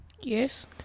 Yes